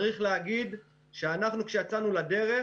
צריך להגיד שכשיצאנו לדרך,